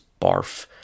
barf